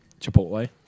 Chipotle